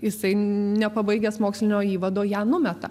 jisai nepabaigęs mokslinio įvado ją numeta